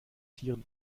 tieren